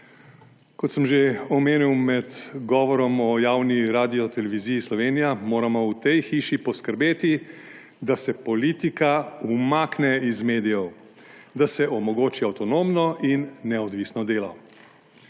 Kot sem že omenil med govorom o javni Radioteleviziji Slovenija, moramo v tej hiši poskrbeti, da se politika umakne iz medijev, da se omogoči avtonomno in neodvisno delo.